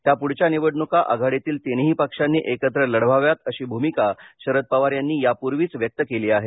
ह्या पुढच्या निवडणूका आघाडीतील तीनही पक्षांनी एकत्र लढवाव्यात अशी भूमिका शरद पवार यांनी यापूर्वीच व्यक्त केली आहे